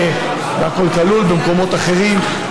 בהכול כלול וגם במקומות אחרים,